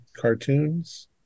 Cartoons